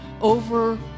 over